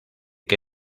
que